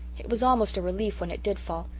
it was almost a relief when it did fall,